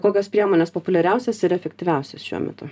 kokios priemonės populiariausios ir efektyviausios šiuo metu